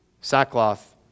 Sackcloth